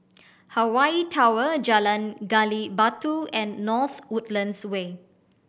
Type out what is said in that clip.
Hawaii Tower Jalan Gali Batu and North Woodlands Way